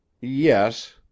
Yes